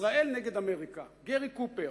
ישראל נגד אמריקה, גרי קופר,